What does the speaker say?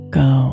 go